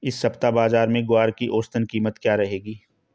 इस सप्ताह बाज़ार में ग्वार की औसतन कीमत क्या रहेगी?